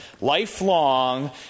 lifelong